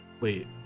Wait